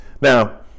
Now